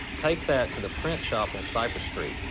take that to the print shop on cypress street.